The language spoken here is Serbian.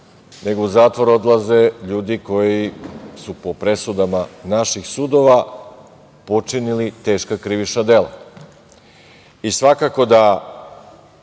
nego u zatvor odlaze ljudi koji su po presudama naših sudova počinili teška krivična dela i svakako da